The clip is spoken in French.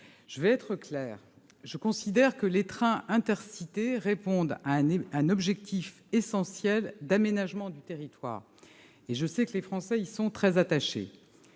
Je serai claire, monsieur le sénateur : les lignes Intercités répondent à un objectif essentiel d'aménagement du territoire et je sais que les Français y sont très attachés.